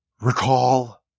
recall